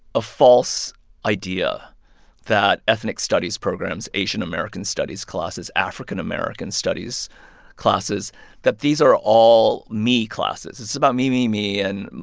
a false idea that ethnic studies programs asian american studies classes, african american studies classes that these are ah all me classes. it's about me, me, me and,